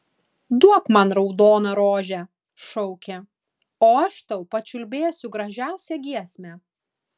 duok man raudoną rožę šaukė o aš tau pačiulbėsiu gražiausią giesmę